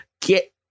Get